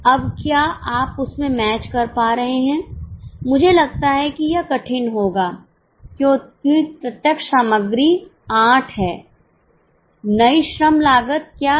अब क्या आप उसमें मैच कर पा रहे हैं मुझे लगता है कि यह कठिन होगा क्योंकि प्रत्यक्ष सामग्री 8 है नई श्रम लागत क्या है